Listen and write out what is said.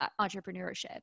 entrepreneurship